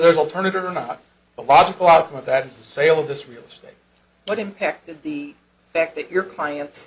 there's alternative or not a logical outcome of that is a sale of this real estate what impact the fact that your clients